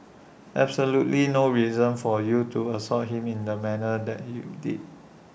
absolutely no reason for you to assault him in the manner that you did